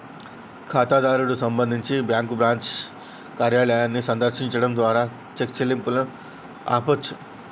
ఖాతాదారుడు సంబంధించి bank branch కార్యాలయాన్ని సందర్శించడం ద్వారా చెక్ చెల్లింపును ఆపొచ్చు